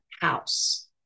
house